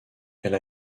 elle